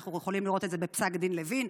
אנחנו יכולים לראות את זה בפסק דין לוין,